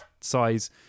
size